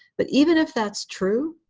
but even if that's true,